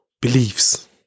beliefs